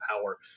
power